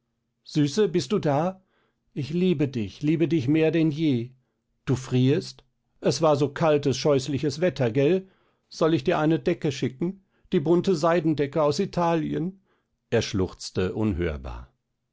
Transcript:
süße bist du da ich liebe dich liebe dich mehr denn je du frierst es war so kaltes scheußliches wetter gell soll ich dir eine decke schicken die bunte seidendecke aus italien er schluchzte unhörbar